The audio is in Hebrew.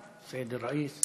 סייד אל-ראיס.